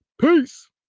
peace